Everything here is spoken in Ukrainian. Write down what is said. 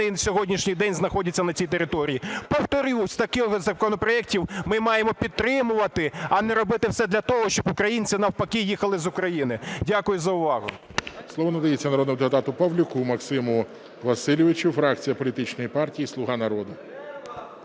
на сьогоднішній день знаходяться на цій території. Повторюсь, такі законопроекти ми маємо підтримувати, а не робити все для того, щоб українці, навпаки, їхали з України. Дякую за увагу. ГОЛОВУЮЧИЙ. Слово надається народному депутату Павлюку Максиму Васильовичу, фракція політичної партії "Слуга народу".